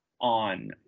on